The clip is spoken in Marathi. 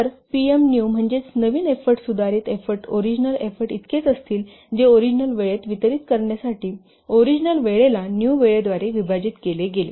तर pm न्यू म्हणजेच नवीन एफ्फोर्ट सुधारित एफ्फोर्ट ओरिजिनल एफ्फोर्ट इतकेच असतील जे ओरिजिनल वेळेस वितरित करण्यासाठी ओरिजिनल वेळेला न्यू वेळेद्वारे विभाजित केले गेले